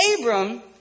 Abram